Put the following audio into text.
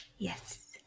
yes